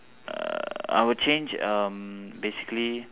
uh I would change um basically